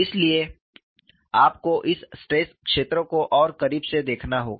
इसलिए आपको इस स्ट्रेस क्षेत्र को और करीब से देखना होगा